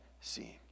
seeing